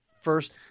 first